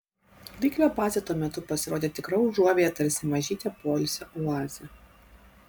ryklio bazė tuo metu pasirodė tikra užuovėja tarsi mažytė poilsio oazė